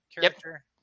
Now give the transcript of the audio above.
character